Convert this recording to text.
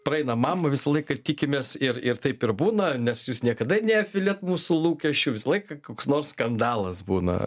praeina mama visą laiką tikimės ir ir taip ir būna nes jūs niekada neapviliat mūsų lūkesčių visą laiką koks nors skandalas būna